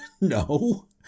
no